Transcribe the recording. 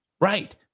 Right